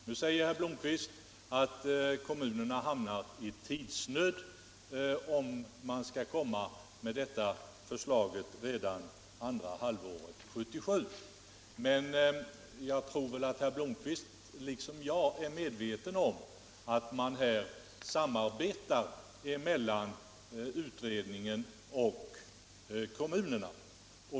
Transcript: Nu säger herr Blomkvist att kommunerna hamnar i tidsnöd, om förslaget skall läggas fram redan under andra halvåret 1977. Jag tror emellertid att herr Blomkvist liksom jag är medveten om att det förekommer ett samarbete mellan utredningen och kommunerna.